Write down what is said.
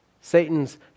Satan's